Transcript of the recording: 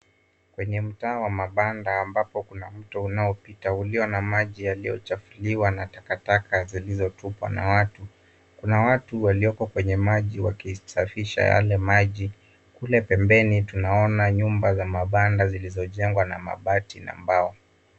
Kwenye mtaa wa mabanda ambapo kuna mto unaopita ulio na maji yaliyochafuliwa na takataka zilizotupwa na watu. Kuna watu walioko kwenye maji wakisafisha yale maji. Kule pembeni tunaona nyumba za mabanda zilizojengwa na mabati na mbao.